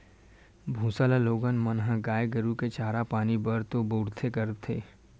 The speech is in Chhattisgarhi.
भूसा ल लोगन मन ह गाय गरु के चारा पानी बर तो बउरबे करथे